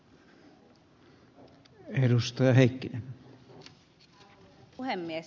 arvoisa puhemies